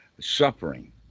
suffering